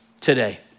today